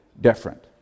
different